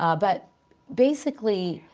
ah but basically,